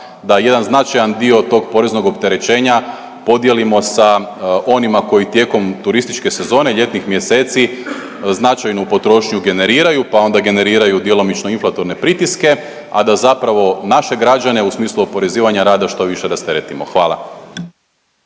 da jedan značajan dio tog poreznog opterećenja podijelimo sa onima koji tijekom turističke sezone i ljetnih mjeseci značajnu potrošnju generiraju, pa onda generiraju djelomično inflatorne pritiske, a da zapravo naše građane u smislu oporezivanja rada što više rasteretimo. Hvala.